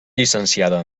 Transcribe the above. llicenciada